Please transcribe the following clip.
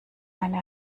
eine